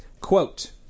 Quote